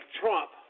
Trump